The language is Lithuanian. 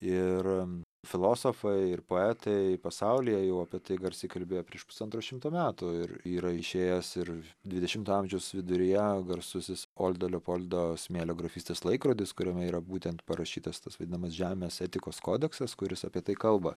ir filosofai ir poetai pasaulyje jau apie tai garsiai kalbėjo prieš pusantro šimto metų ir yra išėjęs ir dvidešimto amžiaus viduryje garsusis oldo leopoldo smėlio grafystės laikrodis kuriame yra būtent parašytas tas vadinamas žemės etikos kodeksas kuris apie tai kalba